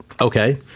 okay